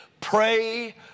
pray